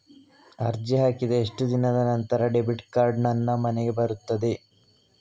ಅರ್ಜಿ ಹಾಕಿದ ಎಷ್ಟು ದಿನದ ನಂತರ ಡೆಬಿಟ್ ಕಾರ್ಡ್ ನನ್ನ ಮನೆಗೆ ಬರುತ್ತದೆ?